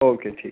okay ठीक आहे